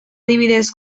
adibidez